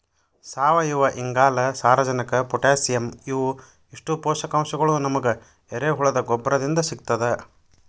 ಸಾವಯುವಇಂಗಾಲ, ಸಾರಜನಕ ಪೊಟ್ಯಾಸಿಯಂ ಇವು ಇಷ್ಟು ಪೋಷಕಾಂಶಗಳು ನಮಗ ಎರೆಹುಳದ ಗೊಬ್ಬರದಿಂದ ಸಿಗ್ತದ